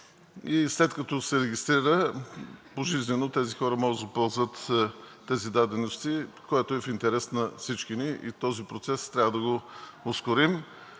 и след като се регистрира, пожизнено тези хора могат да ползват даденостите, което е в интерес на всички ни, и този процес трябва да го ускорим.